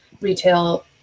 retail